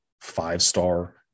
five-star